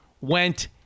went